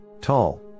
Tall